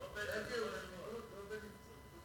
לא פלא, מרגי, הוא בבידוד, לא בנבצרות.